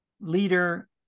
leader